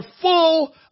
full